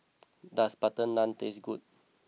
does Butter Naan taste good